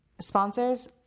Sponsors